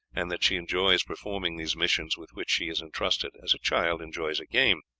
and that she enjoys performing these missions with which she is entrusted as a child enjoys a game,